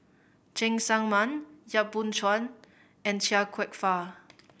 Cheng Tsang Man Yap Boon Chuan and Chia Kwek Fah